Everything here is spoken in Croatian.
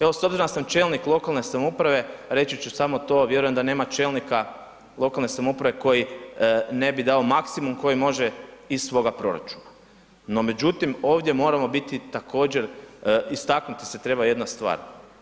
Evo s obzirom da sam čelnik lokalne samouprave, reći ću samo to a vjerujem da nema čelnika lokalne samouprave koji ne bi dao maksimum koji može iz svoga proračuna no međutim ovdje moramo biti također, istaknuti se treba jedna stvar.